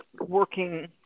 working